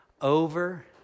over